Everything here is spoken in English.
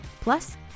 Plus